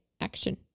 action